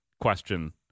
question